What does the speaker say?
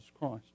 Christ